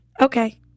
okay